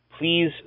Please